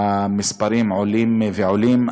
המספרים עולים ועולים,